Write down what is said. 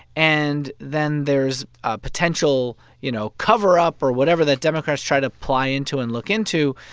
and then there's a potential, you know, cover-up or whatever that democrats try to ply into and look into,